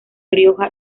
rioja